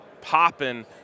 popping